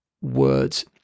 words